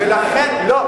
לא,